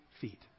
feet